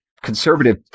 conservative